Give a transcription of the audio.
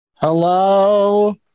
Hello